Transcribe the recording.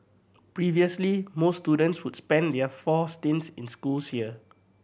previously most students would spend their four stints in schools here